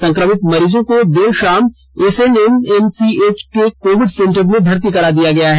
संक्रमित मरीजों को देर शाम एसएनएमसीएच के कोविड सेंटर में भर्ती कराया गया है